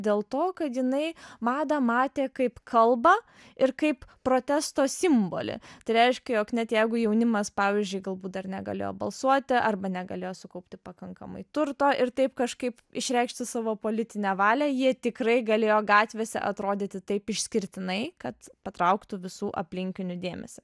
dėl to kad jinai madą matė kaip kalbą ir kaip protesto simbolį reiškė jog net jeigu jaunimas pavyzdžiui galbūt dar negalėjo balsuoti arba negalėjo sukaupti pakankamai turto ir taip kažkaip išreikšti savo politinę valią jie tikrai galėjo gatvėse atrodyti taip išskirtinai kad patrauktų visų aplinkinių dėmesį